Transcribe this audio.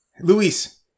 Luis